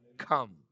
Come